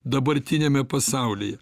dabartiniame pasaulyje